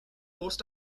forced